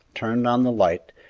turned on the light,